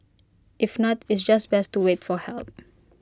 if not it's just best to wait for help